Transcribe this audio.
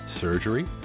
surgery